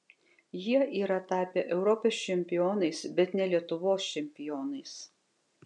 jie yra tapę europos čempionais bet ne lietuvos čempionais